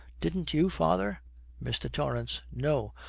didn't you, father mr. torrance. no!